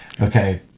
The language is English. Okay